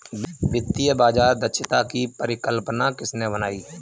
वित्तीय बाजार दक्षता की परिकल्पना किसने बनाई?